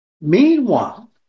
Meanwhile